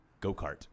Go-Kart